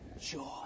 joy